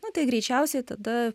na tai greičiausiai tada